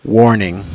warning